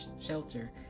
Shelter